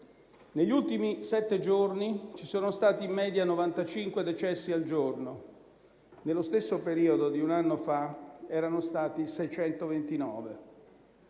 Negli ultimi sette giorni ci sono stati in media 95 decessi al giorno; nello stesso periodo di un anno fa erano stati 629.